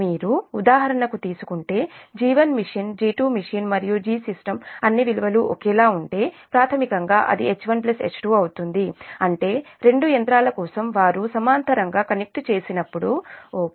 మీరు ఉదాహరణకు తీసుకుంటే G1machine G2machine మరియు Gsystemఅన్ని విలువలు ఒకేలా ఉంటే ప్రాథమికంగా అదిH1H2అవుతుంది అంటే రెండు యంత్రాల కోసం వారు సమాంతరంగా కనెక్ట్ చేసినప్పుడు ఓకే